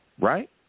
Right